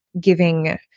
giving